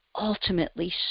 ultimately